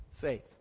faith